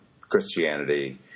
Christianity